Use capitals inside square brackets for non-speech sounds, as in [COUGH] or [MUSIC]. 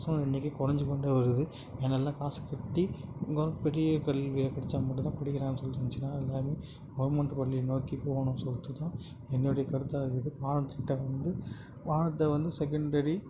so இன்றைக்கு கொறஞ்சு கொண்டு வருது எங்கெயெல்லாம் காசு கட்டி கவ் பெரிய கல்வியில் படித்தா மட்டும்தான் படிக்கிறாங்கனு சொல்லிட்டு இருந்துச்சுன்னா எல்லாமே கவர்மெண்ட்டு பள்ளியை நோக்கி போகணும் ஸோ அது தான் என்னோடய கருத்தாக இருக்குது [UNINTELLIGIBLE] கிட்ட வந்து வாங்குவது வந்து செகண்டரி